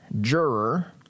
juror